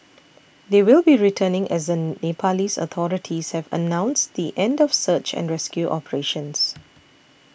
they will be returning as an Nepalese authorities have announced the end of search and rescue operations